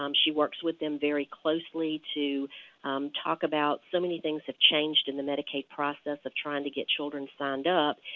um she works with them very closely to talk about, so many things have changed in the medicaid process of trying to get children signed up.